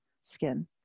skin